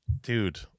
Dude